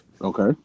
Okay